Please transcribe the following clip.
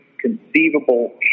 conceivable